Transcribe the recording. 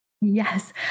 Yes